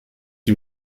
die